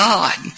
God